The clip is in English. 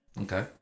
Okay